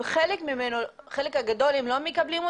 ואת החלק הגדול הם לא מקבלים?